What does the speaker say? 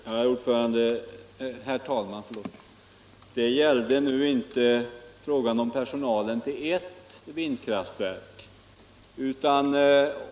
Herr talman! Det gällde nu inte frågan om personalen på ert vindkraftverk.